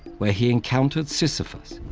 where he encountered sisyphus.